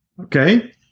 Okay